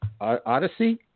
Odyssey